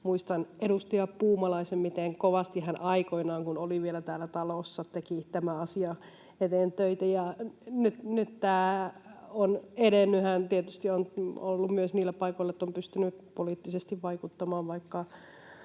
kovasti edustaja Puumala aikoinaan, kun oli vielä täällä talossa, teki tämän asian eteen töitä. Ja nyt tämä on edennyt — hän tietysti on ollut myös niillä paikoilla, että on pystynyt poliittisesti vaikuttamaan, vaikka